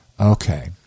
okay